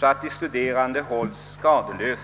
så att de studerande hålls skadelösa.